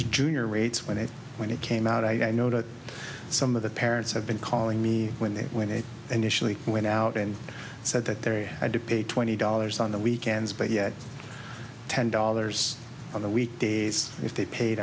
junior rates when it when it came out i know that some of the parents have been calling me when they went in and initially went out and said that they had to pay twenty dollars it's on the weekends but yeah ten dollars on the weekdays if they paid